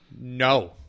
No